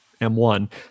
M1